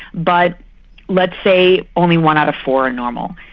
but let's say only one out of four are normal.